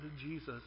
Jesus